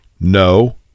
No